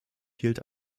hielt